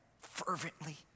fervently